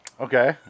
Okay